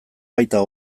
baita